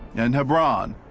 and hebron,